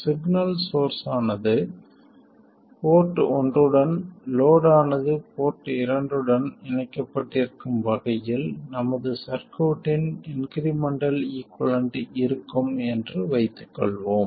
signal source ஆனது port ஒன்றுடனும் load ஆனது போர்ட் இரண்டுடனும் இணைக்கப்பட்டிருக்கும் வகையில் நமது சர்க்யூட்டின் இன்க்ரிமெண்டல் ஈகுவலன்ட் இருக்கும் என்று வைத்துக்கொள்வோம்